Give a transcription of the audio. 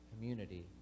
Community